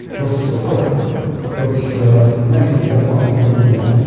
this support which many people thought we couldn't get.